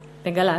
בגל"צ.